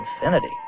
infinity